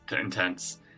intense